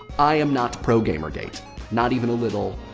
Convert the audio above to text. i am not pro-gamergate not even a little.